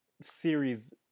series